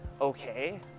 okay